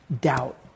doubt